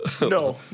No